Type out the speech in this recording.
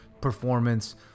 performance